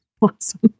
awesome